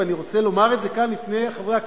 ואני רוצה לומר את זה כאן בפני חברי הכנסת,